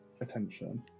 Attention